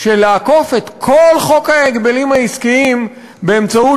של לעקוף את כל חוק ההגבלים העסקיים באמצעות